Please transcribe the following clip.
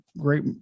great